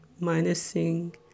minusing